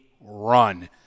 run